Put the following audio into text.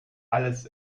alles